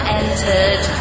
entered